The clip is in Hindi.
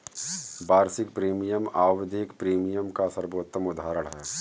वार्षिक प्रीमियम आवधिक प्रीमियम का सर्वोत्तम उदहारण है